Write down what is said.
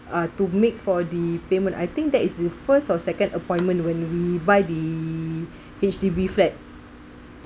uh to make for the payment I think that is the first or second appointment when we buy the H_D_B flat